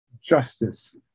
justice